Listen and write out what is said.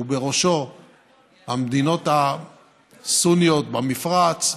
ובראשו המדינות הסוניות במפרץ,